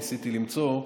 ניסיתי למצוא.